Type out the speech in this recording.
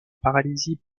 paralysie